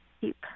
keep